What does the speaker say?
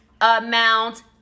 amount